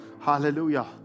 hallelujah